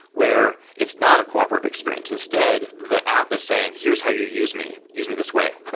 where it's not a cooperative experience. instead, the app is saying, here's how you use me. use me this way.